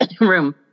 room